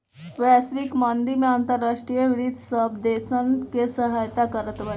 वैश्विक मंदी में अंतर्राष्ट्रीय वित्त सब देसन के सहायता करत बाटे